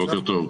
בוקר טוב.